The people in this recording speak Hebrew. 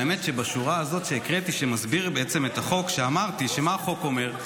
האמת היא שבשורה הזאת שהקראתי שמסבירה את החוק אמרתי שמה החוק אומר,